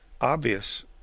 obvious